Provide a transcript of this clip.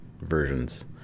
versions